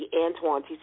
Antoine